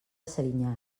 serinyà